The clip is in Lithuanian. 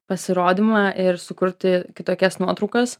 pasirodymą ir sukurti kitokias nuotraukas